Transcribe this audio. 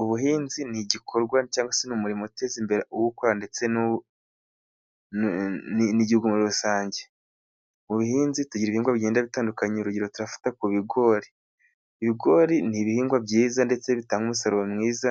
Ubuhinzi ni igikorwa cyangwa se ni umurimo uteza imbere uwukora ndetse n'igihugu muri rusange. Mu buhinzi tugira ibihingwa bigenda bitandukanye urugero turafata ku bigori. Ibigori ni ibihingwa byiza ndetse bitanga umusaruro mwiza